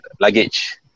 luggage